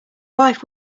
wife